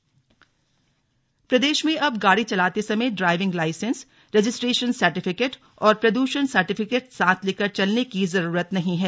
slug DigiLocker प्रदेश में अब गाड़ी चलाते समय ड्राईविंग लाईसेन्स रजिस्ट्रेशन सर्टिफिकेट और प्रदूषण सर्टिफिकेट साथ लेकर चलने की जरुरत नहीं है